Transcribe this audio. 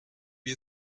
wie